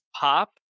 pop